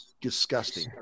Disgusting